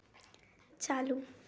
चालू